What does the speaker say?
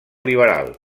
liberal